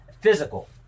physical